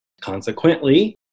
Consequently